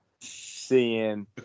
seeing